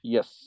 Yes